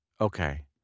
Okay